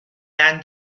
dan